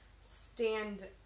stand